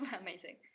Amazing